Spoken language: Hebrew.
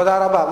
תודה רבה.